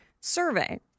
survey